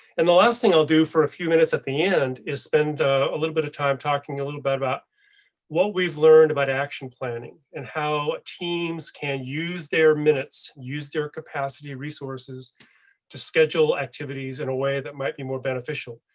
and the last thing i'll do for a few minutes at the end is spend a little bit of time talking a little bit about what we've learned about action planning and how teams can use their minutes. use their capacity resources to schedule activities in a way that might be more beneficial,